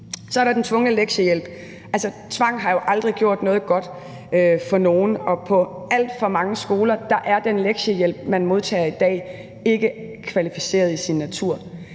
Så er der den tvungne lektiehjælp. Tvang har jo aldrig gjort noget godt for nogen, og på alt for mange skoler er den lektiehjælp, man modtager i dag, ikke kvalificeret i sin natur.